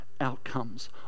outcomes